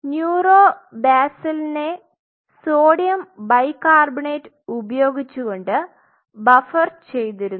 neuro ബാസലിനെ sodium bicarbonate ഉപയോഗിച്ചുകൊണ്ട് buffer ചെയ്തിരിന്നു